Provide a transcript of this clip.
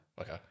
Okay